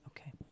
Okay